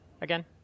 again